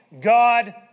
God